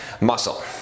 muscle